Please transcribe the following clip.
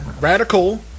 Radical